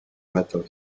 metal